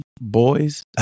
boys